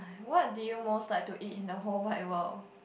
what did you most like to eat in the whole wide world